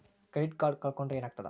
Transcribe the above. Credit card ಕಳ್ಕೊಂಡ್ರ್ ಏನಾಗ್ತದ?